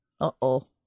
Uh-oh